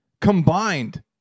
combined